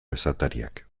esatariak